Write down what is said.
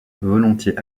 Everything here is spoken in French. volontiers